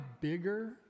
bigger